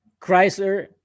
Chrysler